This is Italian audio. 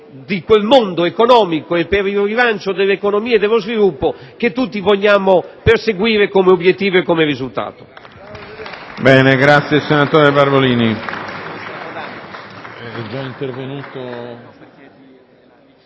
di quel mondo economico per il rilancio dell'economia e dello sviluppo che tutti vogliamo perseguire come obiettivo e come risultato.